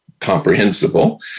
comprehensible